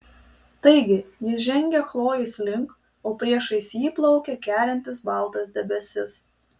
taigi jis žengia chlojės link o priešais jį plaukia kerintis baltas debesis